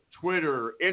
Twitter